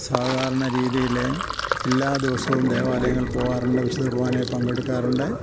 സാധാരണ രീതിയില് എല്ലാ ദിവസവും ദേവാലയങ്ങളില് പോവാറുണ്ട് വിശുദ്ധ കുർബാനയില് പങ്കെടുക്കാറുണ്ട്